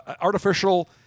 artificial